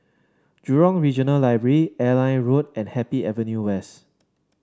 Jurong Regional Library Airline Road and Happy Avenue West